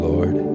Lord